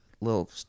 little